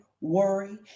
worry